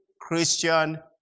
Christian